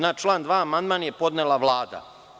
Na član 2. amandman je podnela Vlada.